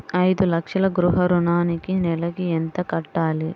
ఐదు లక్షల గృహ ఋణానికి నెలకి ఎంత కట్టాలి?